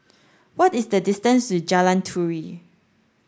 what is the distance to Jalan Turi